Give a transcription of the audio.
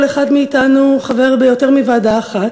כידוע, כל אחד מאתנו חבר ביותר מוועדה אחת,